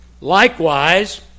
Likewise